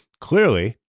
Clearly